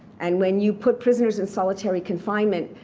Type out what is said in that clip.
and when you put prisoners in solitary confinement,